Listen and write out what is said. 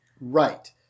Right